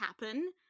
happen